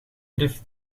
lyft